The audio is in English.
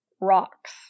rocks